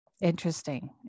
interesting